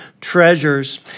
treasures